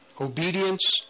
obedience